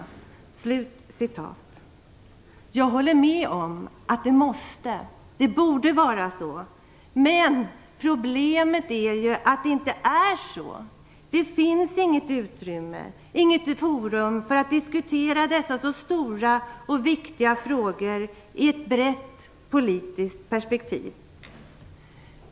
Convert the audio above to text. Jag håller med om att det borde vara så. Men problemet är att det inte är så. Det finns inget utrymme, inget forum för att diskutera dessa så stora och viktiga frågor i ett brett, politiskt perspektiv.